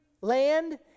land